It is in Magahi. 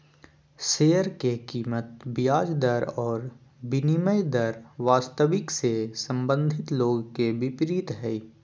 शेयर के कीमत ब्याज दर और विनिमय दर वास्तविक से संबंधित लोग के विपरीत हइ